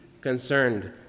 concerned